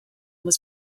was